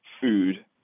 food